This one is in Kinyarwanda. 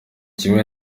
kimwe